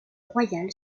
royale